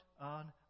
on